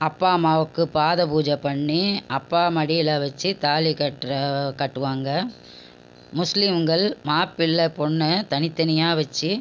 அப்பா அம்மாவுக்கு பாத பூஜை பண்ணி அப்பா மடியில் வச்சு தாலி கட்டுற கட்டுவாங்க முஸ்லீம்கள் மாப்பிள்ளை பொண்ணை தனித்தனியாக வச்சு